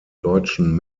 deutschen